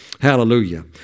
Hallelujah